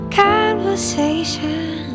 conversation